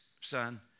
son